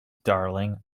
darling